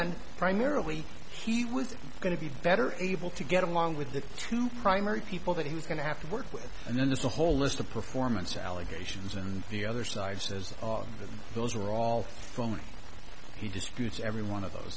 and primarily he was going to be better able to get along with the two primary people that he was going to have to work with and then there's a whole list of performance allegations and the other side says that those are all from the disputes every one of those